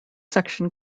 section